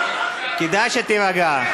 כדאי שתירגע.